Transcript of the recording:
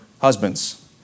husbands